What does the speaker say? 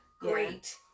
Great